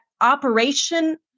operation